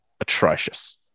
atrocious